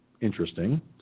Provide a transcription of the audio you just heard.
interesting